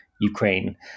Ukraine